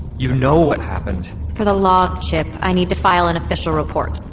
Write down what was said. you know what happened for the log, chip. i need to file an official report